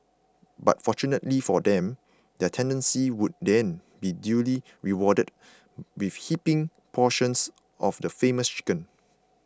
but fortunately for them their tenacity would then be duly rewarded with heaping portions of the famous chicken